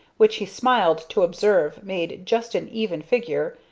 which he smiled to observe made just an even figure,